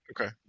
Okay